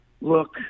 look